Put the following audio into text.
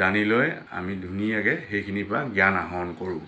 জানি লৈ আমি ধুনীয়াকৈ সেইখিনিৰ পৰা জ্ঞান আহৰণ কৰোঁ